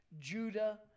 Judah